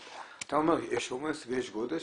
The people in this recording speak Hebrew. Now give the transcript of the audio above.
אז אתה אומר שיש עומס ויש גודש,